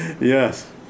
yes